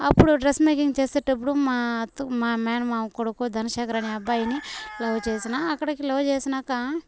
అప్పుడు dress making చేసేటప్పుడు మా అత్త మా మేనమామ కొడుకు ధన శేఖర్ అనే అబ్బాయిని లవ్ చేసినా అక్కడికి లవ్ చేసినాక